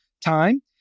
time